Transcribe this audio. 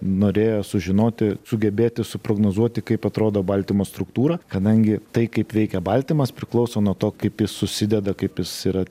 norėjo sužinoti sugebėti suprognozuoti kaip atrodo baltymo struktūra kadangi tai kaip veikia baltymas priklauso nuo to kaip jis susideda kaip jis yra